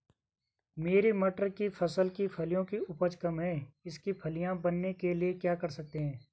मेरी मटर की फसल की फलियों की उपज कम है इसके फलियां बनने के लिए क्या कर सकते हैं?